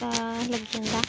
लग्गी जंदा